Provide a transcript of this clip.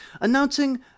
announcing